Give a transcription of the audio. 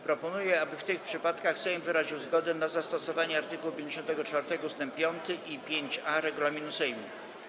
Proponuję, aby w tych przypadkach Sejm wyraził zgodę na zastosowanie art. 54 ust. 5 i 5a regulaminu Sejmu.